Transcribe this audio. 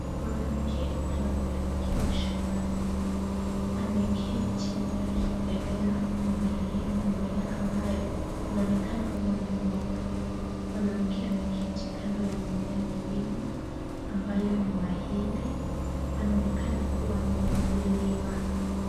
Mwanamke anaonekana akiwa shambani. Ameketi akiendelea kuangalia mimea ambayo inaonekana kuwa ni mboga. Mwanamke ameketi kando ya mimea mingine ambayo ni mahindi. Anaoekana kuwa ni mkulima.